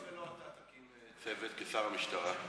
למה היועץ, ולא אתה תקים צוות כשר המשטרה?